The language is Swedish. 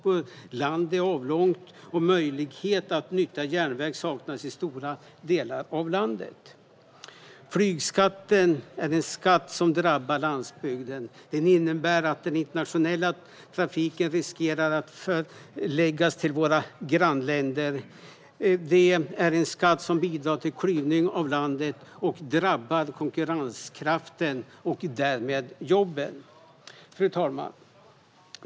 Vårt land är avlångt, och det saknas möjlighet att nyttja järnvägen i stora delar av landet. Flygskatten är en skatt som drabbar landsbygden. Den kan leda till att den internationella trafiken förläggs till våra grannländer. Det är en skatt som bidrar till klyvning av landet, och det drabbar konkurrenskraften och därmed jobben. Fru talman!